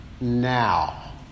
now